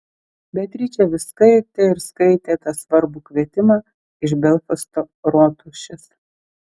beatričė vis skaitė ir skaitė tą svarbų kvietimą iš belfasto rotušės